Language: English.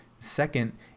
Second